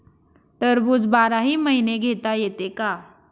टरबूज बाराही महिने घेता येते का?